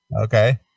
Okay